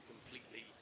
completely